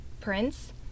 prince